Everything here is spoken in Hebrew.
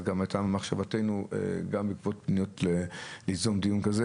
אבל זאת גם הייתה מחשבתנו בעקבות פניות ליזום דיון כזה